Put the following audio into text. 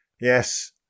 Yes